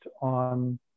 on